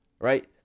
right